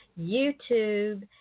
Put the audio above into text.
YouTube